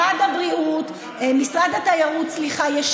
עד עכשיו אין לכם